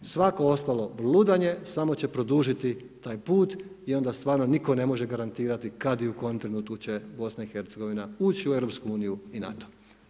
Svako ostalo vrludanje, samo će produžiti taj put i onda stvarno nitko ne može garantirati kada i u kojem trenutku će BIH ući u EU i NATO.